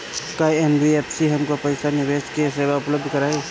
का एन.बी.एफ.सी हमके पईसा निवेश के सेवा उपलब्ध कराई?